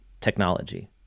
technology